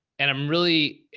and i'm really,